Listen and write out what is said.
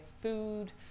food